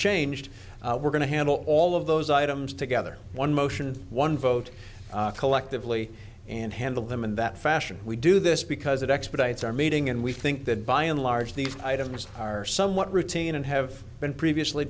changed we're going to handle all of those items together one motion and one vote collectively and handle them in that fashion we do this because it expedites our meeting and we think that by and large these items are somewhat routine and have been previously